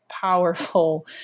powerful